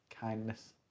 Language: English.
kindness